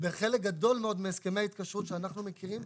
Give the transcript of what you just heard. בחלק גדול מאוד מהסכמי ההתקשרות שאנחנו מכירים,